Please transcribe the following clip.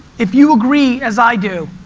if you agree as i do,